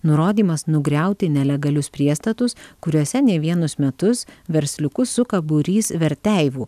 nurodymas nugriauti nelegalius priestatus kuriuose ne vienus metus versliukus suka būrys verteivų